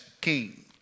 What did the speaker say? king